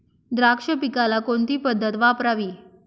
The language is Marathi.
द्राक्ष पिकाला कोणती पद्धत वापरावी?